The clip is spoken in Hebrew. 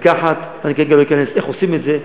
לקחת, אני כרגע לא אכנס לאיך עושים את זה.